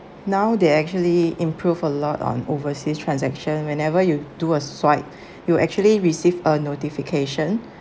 now they actually improve a lot on overseas transaction whenever you do a swipe you'll actually receive a notification